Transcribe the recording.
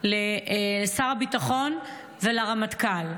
לשר הביטחון ולרמטכ"ל.